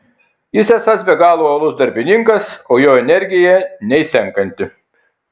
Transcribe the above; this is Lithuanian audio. jis esąs be galo uolus darbininkas o jo energija neišsenkanti